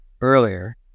earlier –